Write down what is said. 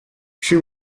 she